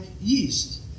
yeast